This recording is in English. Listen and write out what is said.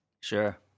Sure